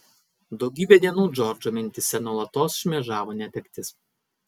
daugybę dienų džordžo mintyse nuolatos šmėžavo netektis